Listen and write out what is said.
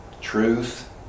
truth